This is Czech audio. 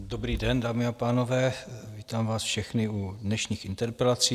Dobrý den, dámy a pánové, vítám vás všechny u dnešních interpelací.